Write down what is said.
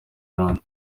rwanda